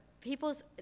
people's